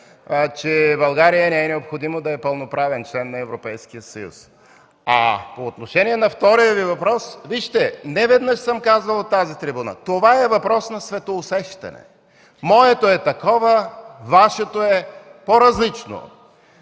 че България не е необходимо да е пълноправен член на Европейския съюз. По отношение на втория Ви въпрос – не веднъж съм казвал от тази трибуна: това е въпрос на светоусещане. Моето е такова, Вашето е по-различно.